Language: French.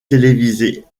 télévisées